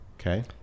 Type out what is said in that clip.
Okay